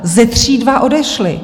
Ze tří dva odešli.